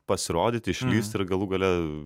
pasirodyti išlįsti ir galų gale